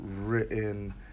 written